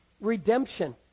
redemption